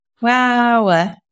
Wow